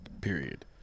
Period